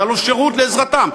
זה הלוא שירות לעזרתן,